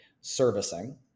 servicing